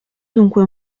dunque